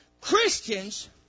Christians